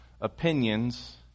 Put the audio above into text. opinions